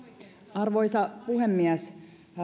arvoisa puhemies